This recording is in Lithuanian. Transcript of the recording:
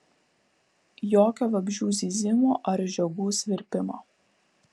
jokio vabzdžių zyzimo ar žiogų svirpimo